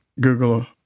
google